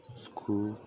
school